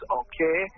okay